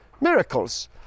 Miracles